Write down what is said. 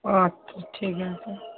ও আচ্ছা ঠিক আছে